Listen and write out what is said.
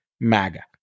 MAGA